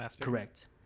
Correct